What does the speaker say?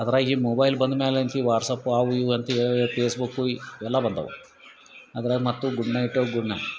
ಅದ್ರಾಗ ಈ ಮೊಬೈಲ್ ಬಂದ್ಮೇಲಂತ್ಲು ವಾಟ್ಸ್ಅಪ್ ಅವು ಇವು ಅಂತ ಏನೇನೊ ಫೇಸ್ಬುಕ್ಕು ಇವೆಲ್ಲ ಬಂದವ ಅದ್ರಾಗ ಮತ್ತು ಗುಡ್ ನೈಟ್ ಗುಡ್ನ